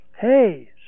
Hey